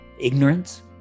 ignorance